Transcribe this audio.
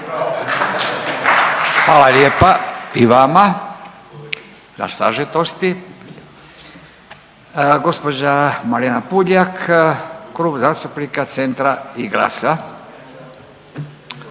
Hvala lijepa i vama na sažetosti. Gospođa Marijana Puljak, Klub zastupnika CENTRA i GLAS-a.